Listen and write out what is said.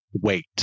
wait